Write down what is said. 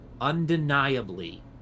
undeniably